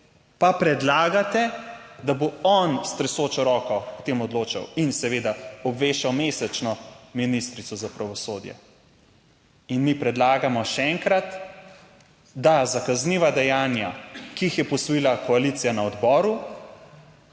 pa predlagate, da bo on s tresočo roko o tem odločal in seveda obveščal mesečno ministrico za pravosodje. In mi predlagamo še enkrat, da za kazniva dejanja, ki jih je posvojila koalicija na odboru,